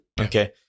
Okay